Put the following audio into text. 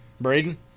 Braden